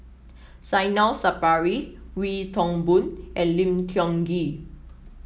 Zainal Sapari Wee Toon Boon and Lim Tiong Ghee